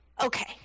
okay